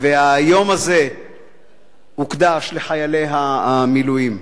והיום הזה הוקדש לחיילי המילואים.